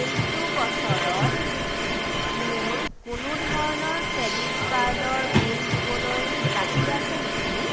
এইটো বছৰত মোৰ কোনো ধৰণৰ ক্ৰেডিট কাৰ্ডৰ বিল দিবলৈ বাকী আছে নেকি